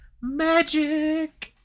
magic